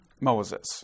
Moses